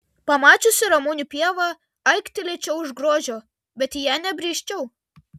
pamačiusi ramunių pievą aiktelėčiau iš grožio bet į ją nebrisčiau